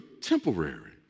temporary